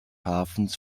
hafens